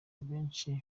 abenshi